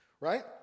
right